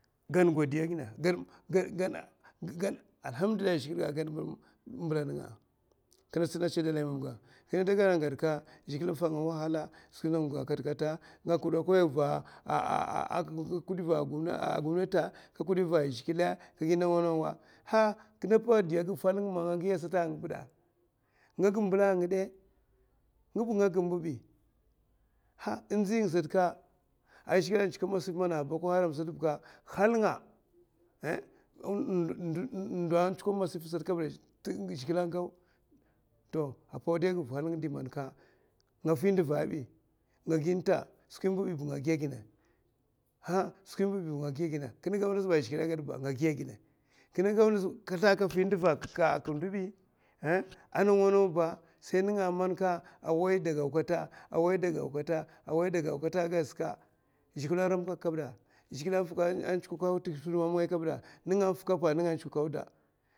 Gan godiya ginè gana gana. allahamdillahi zhigilè ga aka gan. kinè tsina kadè dalay mamgakinè da gada, gadka zhilè finga a wahala bi, skwi nawa nga kudakonva a zhigilè nga kudakonva a gomnati, kinè gi nawa nawa nawa ha, kinè rikda fanga nga ma nga giya sata a kinè bèda. nga gu mbèla nga dè. nga mbèla kabi ndzinga sata ka a zhigilè a tsuko a hal mana a boko haram sata bèka halnga, zhigilè agau a pau di halnag di maka skwi mbèla kabi ba nga giya ginè. kinè gau ngasa ba a zhigilè a gada ba ka nga giya ginè nga zlaha, nga zlaha a nga fi nduva a ka ndo bi nènga nawa ba ka away da gau kata away da gau kata, away da gau kata aka gad sèka zhigilè a ramka kabida, zigilè a tsuka tè hud mam ngay kabi da, nènga a fika apa nènga a fika auda